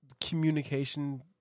communication